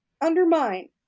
undermine